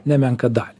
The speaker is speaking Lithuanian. nemenką dalį